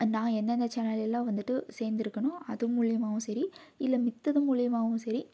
நான் என்னென்ன சேனலில் எல்லாம் வந்துட்டு சேர்ந்துருக்கனோ அது மூலயுமாவும் சரி இல்லை மத்தது மூலயுமாவும் சரி